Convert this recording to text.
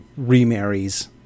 remarries